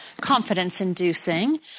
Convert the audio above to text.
confidence-inducing